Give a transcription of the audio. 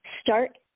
Start